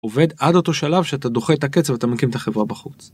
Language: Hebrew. עובד עד אותו שלב שאתה דוחה את הקצב ואתה מקים את החברה בחוץ.